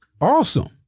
Awesome